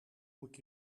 moet